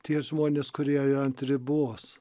tie žmonės kurie yra ant ribos